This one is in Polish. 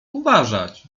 uważać